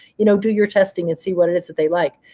you know do your testing and see what it is that they like.